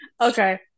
Okay